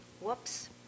whoops